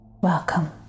Welcome